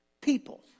people